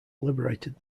liberated